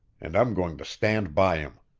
and i'm goin' to stand by him!